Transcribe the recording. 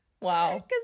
Wow